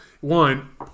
one